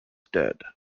dead